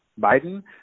Biden